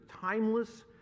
timeless